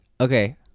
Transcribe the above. Okay